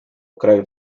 krajów